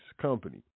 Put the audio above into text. company